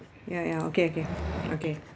ya ya okay okay okay